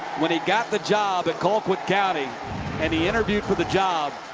when he got the job at colquitt county and he interviewed for the job,